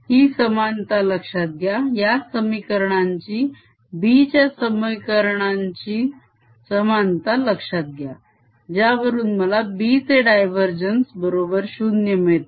ही समानता लक्षात घ्या या समीकरणांची B च्या समिकारणांबरोबरची समानता लक्षात घ्या ज्यावरून मला B चे डायवरजेन्स बरोबर 0 मिळते